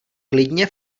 klidně